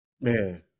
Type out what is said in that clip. man